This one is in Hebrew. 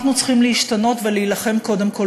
אנחנו צריכים להשתנות ולהילחם קודם כול